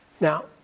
Now